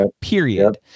period